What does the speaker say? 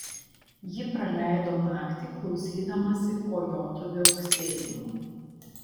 ji praleido naktį klausydamasi kojotų viauksėjimo